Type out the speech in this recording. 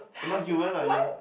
not human lah Eeyor